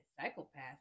Psychopath